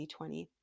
2020